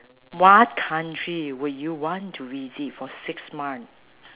what country would you want to visit for six month